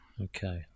Okay